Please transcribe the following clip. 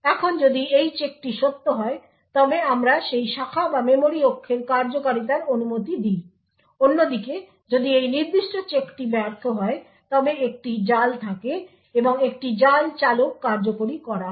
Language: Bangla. এখন যদি এই চেকটি সত্য হয় তবে আমরা সেই শাখা বা মেমরি অক্ষের কার্যকরিতার অনুমতি দিই অন্যদিকে যদি এই নির্দিষ্ট চেকটি ব্যর্থ হয় তবে একটি জাল থাকে এবং একটি জাল চালক কার্যকরি করা হয়